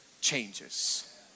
changes